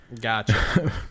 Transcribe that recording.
Gotcha